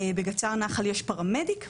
בגצ"ר נח"ל יש פרמדיק ופרמדיקית,